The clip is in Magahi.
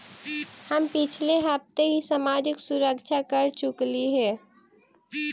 हम पिछले हफ्ते ही सामाजिक सुरक्षा कर चुकइली हे